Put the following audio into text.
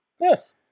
Yes